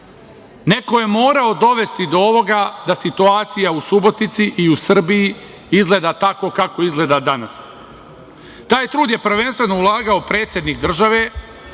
Neko je morao dovesti do ovoga da situacija u Subotici i u Srbiji izgleda tako kako izgleda danas. Taj trud je prvenstveno ulagao predsednik države,